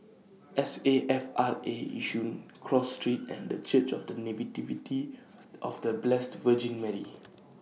S A F R A Yishun Cross Street and The Church of The Nativity of The Blessed Virgin Mary